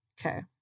okay